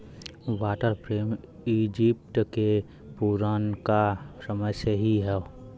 water frame Egypt के पुरनका समय से ही हौ